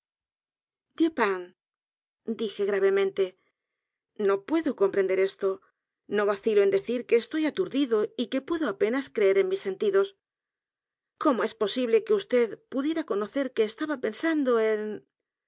dije gravemente no puedo comprender esto no vacilo en decir que estoy aturdido y que puedo apenas creer en mis sentidos cómo es posible que vd pudiera conocer que estaba pensando en